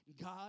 God